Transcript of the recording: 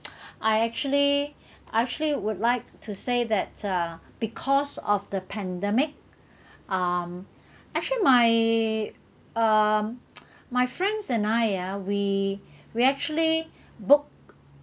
I actually I actually would like to say that uh because of the pandemic um actually my um my friends and I ah we we actually book